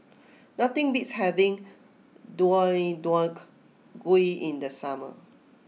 nothing beats having Deodeok Gui in the summer